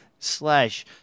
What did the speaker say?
slash